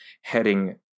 heading